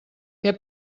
què